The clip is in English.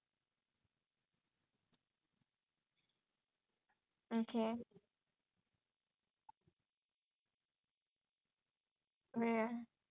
I only know seatha other than the fact that every some half of them are also from rapping mask I like don't recognise ya